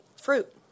fruit